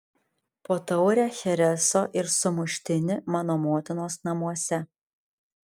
po taurę chereso ir sumuštinį mano motinos namuose